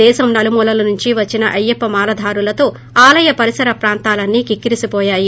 దేశం నలుమూలల నుంచి వచ్చిన అయ్యప్ప మాలధారులతో ఆలయ పరిసర ప్రాంతాలన్నీ కిక్కిరిసిపోయాయి